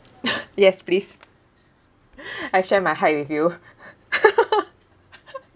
yes please I share my height with you